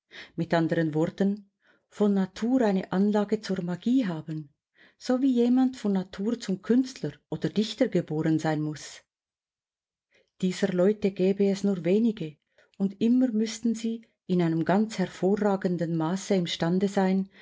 mit anderen worten von natur eine anlage zur magie haben so wie jemand von natur zum künstler oder dichter geboren sein muß dieser leute gäbe es nur wenige und immer müßten sie in einem ganz hervorragenden maße imstande sein